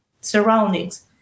surroundings